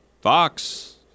fox